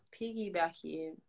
piggybacking